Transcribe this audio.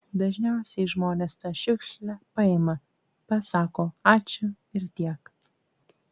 dažniausiai žmonės tą šiukšlę paima pasako ačiū ir tiek